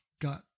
got